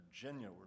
Virginia